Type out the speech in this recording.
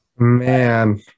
man